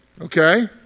Okay